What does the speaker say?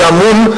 שאמון,